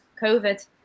COVID